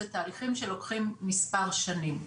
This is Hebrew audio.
זה תהליכים שלוקחים מספר שנים.